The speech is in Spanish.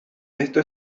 esto